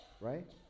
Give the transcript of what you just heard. Right